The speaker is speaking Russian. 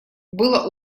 было